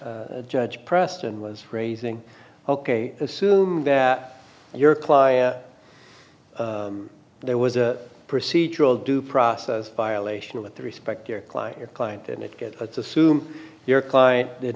extent judge preston was raising ok assume that your client there was a procedural due process violation with respect your client your client and it gets assume your client did